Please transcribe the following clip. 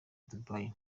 dubai